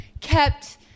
kept